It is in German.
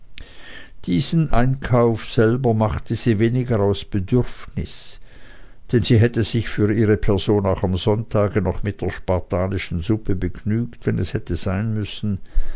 diesen einkauf selber machte sie weniger aus bedürfnis denn sie hätte sich für ihre person auch am sonntage noch mit der spartanischen suppe begnügt wenn es hätte sein müssen